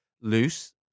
loose